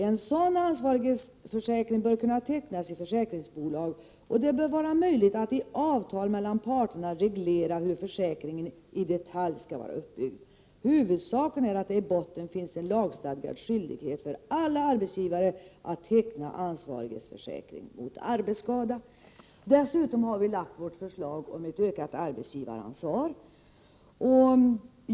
”En sådan ansvarighetsförsäkring bör kunna tecknas i försäkringsbolag, och det bör vara möjligt att i avtal mellan parterna reglera hur försäkringen i detalj skall vara uppbyggd. Huvudsaken är att det i botten finns en lagstadgad skyldighet för alla arbetsgivare att teckna ansvarighetsförsäkring mot arbetsskada.” Dessutom har vi lagt fram förslag om ett ökat arbetsgivaransvar.